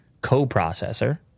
coprocessor